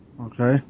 Okay